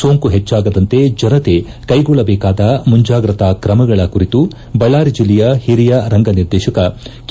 ಸೋಂಕು ಹೆಚ್ಚಾಗದಂತೆ ಜನತೆ ಕೈಗೊಳ್ಳಬೇಕಾದ ಮುಂಜಾಗ್ರತಾ ಕ್ರಮಗಳ ಕುರಿತು ಬಳ್ದಾರಿ ಜಲ್ಲೆಯ ಹಿರಿಯ ರಂಗನಿರ್ದೇಶಕ ಕೆ